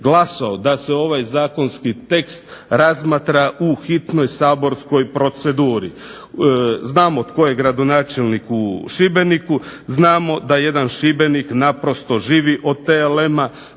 da se ovaj zakonski tekst razmatra u hitnoj saborskoj proceduri. Znamo tko je gradonačelnik u Šibeniku, znamo da jedan Šibenik naprosto živi od TLM-a.